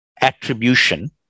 attribution